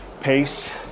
pace